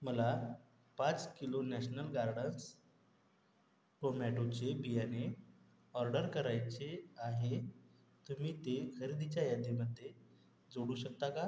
मला पाच किलो नॅशनल गार्डन्स टोमॅटोचे बियाणे ऑर्डर करायचे आहे तुम्ही ते खरेदीच्या यादीमध्ये जोडू शकता का